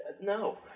No